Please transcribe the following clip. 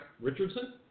Richardson